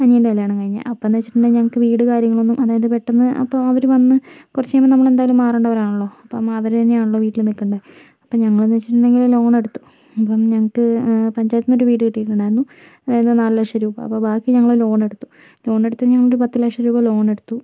അനിയൻ്റെ കല്യാണം കഴിഞ്ഞേ അപ്പമെന്ന് വെച്ചിട്ടുണ്ടെങ്കിൽ ഞങ്ങൾക്ക് വീട് കാര്യങ്ങൾ ഒന്നും അതായത് പെട്ടെന്ന് അപ്പോൾ അവര് വന്ന് കുറച്ച് കഴിയുമ്പോൾ നമ്മൾ എന്തായാലും മാറേണ്ടവർ ആണല്ലോ അപ്പം അവര് തന്നെയാണല്ലോ വീട്ടിൽ നിക്കേണ്ട അപ്പോൾ ഞങ്ങളെന്നു വെച്ചിട്ടുണ്ടെങ്കിൽ ലോൺ എടുത്തു അപ്പോൾ ഞങ്ങൾക്ക് പഞ്ചായത്തിന്ന് ഒരു വീട് കിട്ടിയിട്ടുണ്ടായിരുന്നു ഇത് നാല് ലക്ഷം രൂപ അപ്പം ബാക്കി ഞങ്ങള് ലോണെടുത്തു ലോണെടുത്ത് ഞങ്ങള് പത്ത് ലക്ഷം രൂപ ലോണെടുത്തു